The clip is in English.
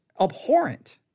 abhorrent